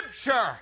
Scripture